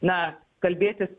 na kalbėtis